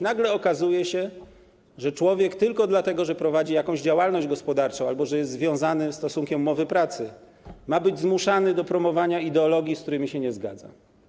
Nagle okazuje się, że człowiek tylko dlatego, że prowadzi jakąś działalność gospodarczą albo że jest związany stosunkiem umowy o pracę, ma być zmuszany do promowania ideologii, z którymi się nie zgadza.